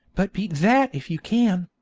but beat that if you can